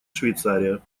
швейцария